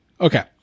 okay